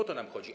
O to nam chodzi.